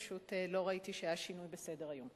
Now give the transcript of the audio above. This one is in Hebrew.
פשוט לא ראיתי שהיה שינוי בסדר-היום.